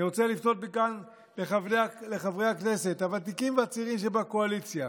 אני רוצה לפנות מכאן לחברי הכנסת הוותיקים והצעירים שבקואליציה: